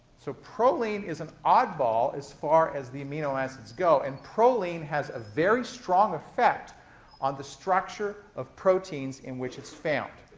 so proline is an oddball, as far as the amino acids go. and proline has a very strong effect on the structure of proteins in which it's found.